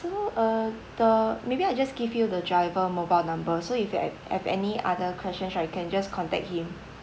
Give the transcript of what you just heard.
so uh the maybe I just give you the driver mobile number so if you had have any other questions right you can just contact him